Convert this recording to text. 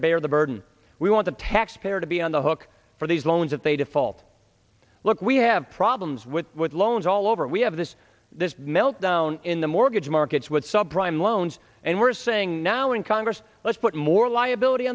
to bear the burden we want the taxpayer to be on the hook for these loans if they default look we have problems with with loans all over we have this this meltdown in the mortgage markets with sub prime loans and we're saying now in congress let's put more liability